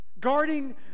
Guarding